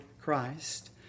Christ